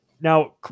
Now